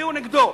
תצביעו נגדו.